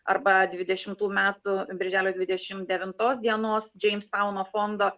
arba dvidešimtų metų birželio dvidešimt devintos dienos džeimstauno fondo